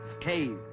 Cave